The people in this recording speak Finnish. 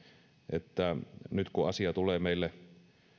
että nyt kun asia tulee meille